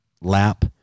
lap